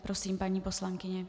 Prosím, paní poslankyně.